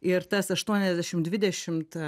ir tas aštuoniasdešim dvidešimt